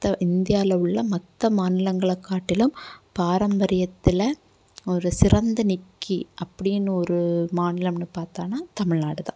மற்ற இந்தியாவில் உள்ள மற்ற மாநிலங்களை காட்டிலும் பாரம்பரியத்தில் ஒரு சிறந்த நிக்கி அப்படின்னு ஒரு மாநிலம்னு பார்த்தோன்னா தமிழ்நாடு தான்